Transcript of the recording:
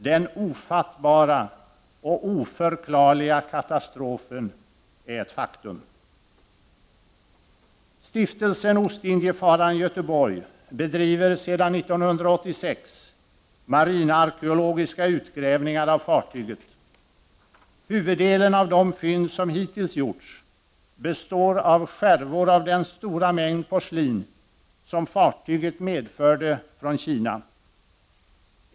Den ofattbara, och oförklarliga, katastrofen är ett faktum. Stiftelsen Ostindiefararen Götheborg bedriver sedan 1986 marinarkeologiska utgrävningar av fartyget. Huvuddelen av de fynd som hittills gjorts be står av skärvor av den stora mängd porslin som fartyget medförde från Kina.